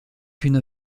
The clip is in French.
une